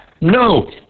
No